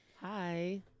hi